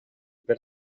per